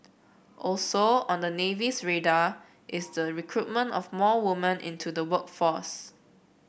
also on the Navy's radar is the recruitment of more woman into the work force